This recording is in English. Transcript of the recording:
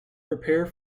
prepare